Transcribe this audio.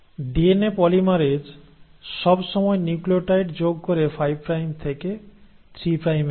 DNA polymerase সব সময় nucleotide যোগ করে 5 প্রাইম থেকে 3 প্রাইমের দিকে